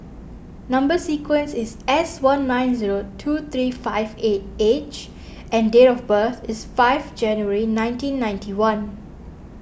Number Sequence is S one nine zero two three five eight H and date of birth is five January nineteen ninety one